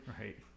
Right